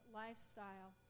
lifestyle